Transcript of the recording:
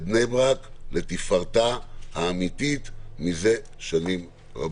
בני ברק לתפארתה האמיתית מזה שנים רבות.